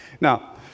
Now